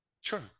sure